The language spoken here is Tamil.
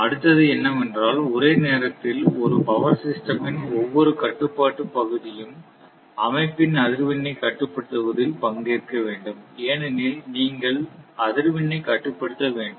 அடுத்தது என்னவென்றால் ஒரே நேரத்தில் ஒரு பவர் சிஸ்டம் ன் ஒவ்வொரு கட்டுப்பாட்டு பகுதியும் அமைப்பின் அதிர்வெண்ணைக் கட்டுப்படுத்துவதில் பங்கேற்க வேண்டும் ஏனெனில் நீங்கள் அதிர்வெண்ணைக் கட்டுப்படுத்த வேண்டும்